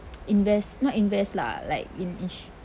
invest not invest lah like in each